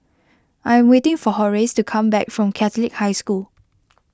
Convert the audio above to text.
I am waiting for Horace to come back from Catholic High School